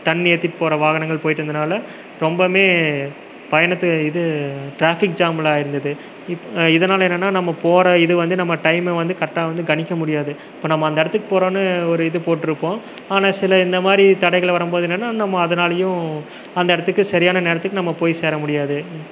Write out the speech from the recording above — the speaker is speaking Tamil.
தண்ணி ஏற்றிட்டு போகிற வாகனங்கள் போய்ட்டு இருந்தனால் ரொம்போமே பயணத்து இது ட்ராஃபிக்ஜாம்லாம் இருந்தது இத் இதனால் என்னான்னா நம்ம போகிற இது வந்து நம்ம டைம்மை வந்து கரெக்டாக வந்து கணிக்க முடியாது இப்போ நம்ம அந்த இடத்துக்கு போறோன்னு ஒரு இது போட்டுருப்போம் ஆனால் சில இந்தமாதிரி தடைகளை வரம்போது என்னன்னா நம்ம அதனாலையும் அந்த இடத்துக்கு சரியான நேரத்துக்கு நம்ம போய் சேர முடியாது